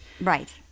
right